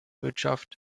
wirtschaft